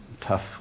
tough